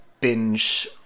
binge